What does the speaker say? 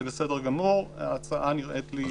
זה בסדר גמור, ההצעה נראית לי טובה.